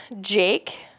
Jake